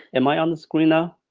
am i on the screen now?